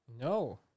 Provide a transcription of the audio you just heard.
no